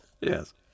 Yes